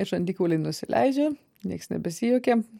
žandikauliai nusileidžia nieks nebesijuokia